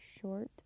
short